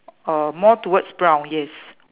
uh more towards brown yes